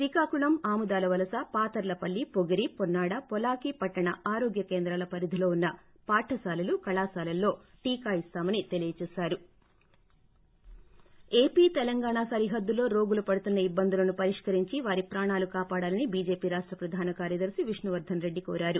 శ్రీకాకుళం ఆమదాలవలస పాతర్లపల్లి పొగిరిపొన్నాడ పొలాకి పట్టణ ఆరోగ్య కేంద్రాల పరిధిలో ఉన్న పాఠశాలలు కళాశాలల్లో టీకా ఇస్తామని ఏపీ తెలంగాణ సరిహద్దుల్లో రోగులు పడుతున్న ఇబ్బందులను పరిష్కరించి వారి ప్రాణాలు కాపాడాలని బీజేపీ రాష్ట ప్రధాన కార్యదర్శి విష్ణువర్దన్ రెడ్డి కోరారు